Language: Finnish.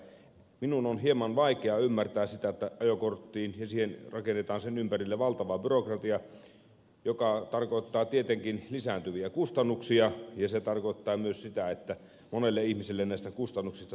minun on hieman vaikea ymmärtää sitä että ajokorttiin ja sen ympärille rakennetaan valtava byrokratia joka tarkoittaa tietenkin lisääntyviä kustannuksia ja se tarkoittaa myös sitä että monelle ihmiselle näistä kustannuksista tulee todellinen ongelma